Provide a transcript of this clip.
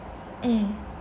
mm